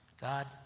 God